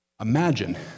Imagine